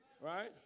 Right